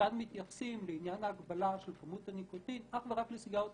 שכאן מתייחסים לעניין ההגבלה של כמות הניקוטין אך ורק בסיגריות